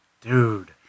dude